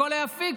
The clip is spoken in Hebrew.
הכול היה פיקס.